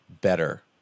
better